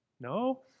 No